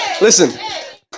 Listen